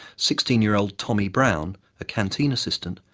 sixteen year old tommy brown, a canteen assistant,